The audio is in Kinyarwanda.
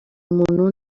muntu